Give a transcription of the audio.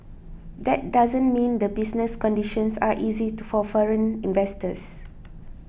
that doesn't mean the business conditions are easy to for foreign investors